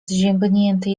zziębnięte